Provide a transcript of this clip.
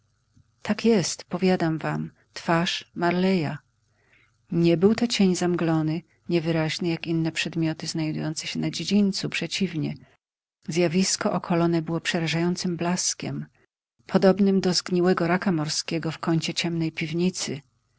tak jest powiadam wam twarz marley'a nie był to cień zamglony niewyraźny jak inne przedmioty znajdujące się na dziedzińcu przeciwnie zjawisko okolone było przerażającym blaskiem podobnym n p do zgniłego raka morskiego w kącie ciemnej piwnicy